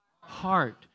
heart